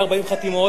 יהיו 40 חתימות,